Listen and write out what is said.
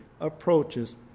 approaches